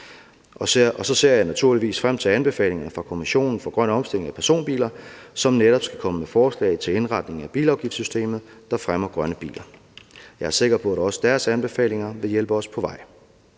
Jeg ser naturligvis frem til anbefalingerne fra Kommissionen for grøn omstilling af personbiler, som netop skal komme med forslag til en indretning af bilafgiftssystemet, der fremmer grønne biler. Jeg er sikker på, at også deres anbefalinger vil hjælpe os på vej.